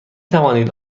توانید